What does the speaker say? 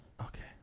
Okay